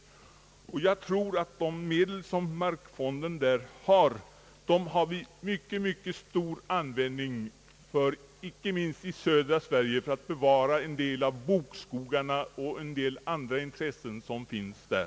Jag tror att vi har mycket stor användning för markfondens medel icke minst i södra Sverige för att förvärva och bevara en del av bokskogarna och andra intressen som finns där.